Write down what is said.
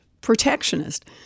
protectionist